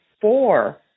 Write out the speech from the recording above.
four